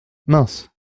mince